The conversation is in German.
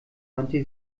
wandte